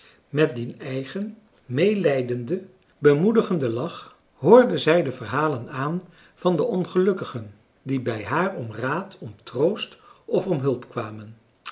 met dien eigen meelijdenden bemoedigenden lach hoorde zij de verhalen aan van de ongelukkigen die bij haar om raad om troost of om hulp kwamen